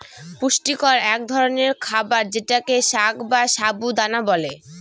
পুষ্টিকর এক ধরনের খাবার যেটাকে সাগ বা সাবু দানা বলে